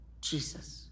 Jesus